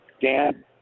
Dan